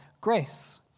grace